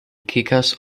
kickers